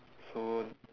so